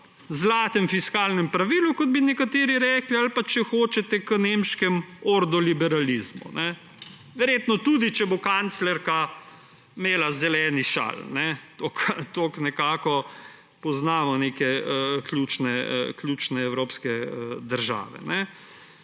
zlatemu fiskalnemu pravilu, kot bi nekateri rekli, ali pa če hočete k nemškemu ordoliberalizmu, verjetno tudi če bo kanclerka imela šal, toliko nekako poznamo neke ključne evropske države.